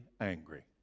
angry